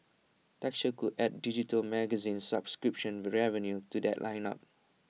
texture could add digital magazine subscription revenue to that lineup